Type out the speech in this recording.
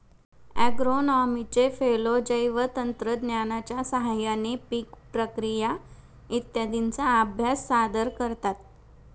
ॲग्रोनॉमीचे फेलो जैवतंत्रज्ञानाच्या साहाय्याने पीक प्रक्रिया इत्यादींचा अभ्यास सादर करतात